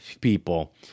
people